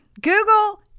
Google